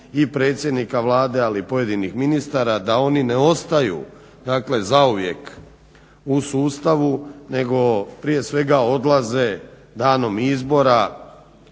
i predsjednika Vlade, ali i pojedinih ministara da oni ne ostaju dakle zauvijek u sustavu nego prije svega odlaze danom izbora,